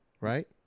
Right